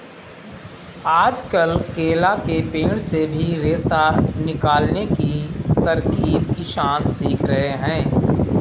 आजकल केला के पेड़ से भी रेशा निकालने की तरकीब किसान सीख रहे हैं